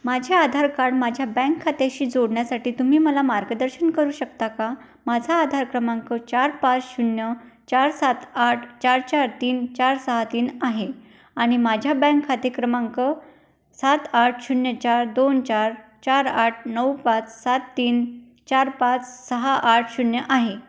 माझे आधार कार्ड माझ्या बँक खात्याशी जोडण्यासाठी तुम्ही मला मार्गदर्शन करू शकता का माझा आधार क्रमांक चार पाच शून्य चार सात आठ चार चार तीन चार सहा तीन आहे आणि माझ्या बँक खाते क्रमांक सात आठ शून्य चार दोन चार चार आठ नऊ पाच सात तीन चार पाच सहा आठ शून्य आहे